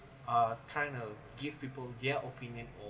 uh trying to give people their opinion of